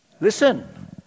Listen